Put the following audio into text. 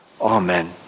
Amen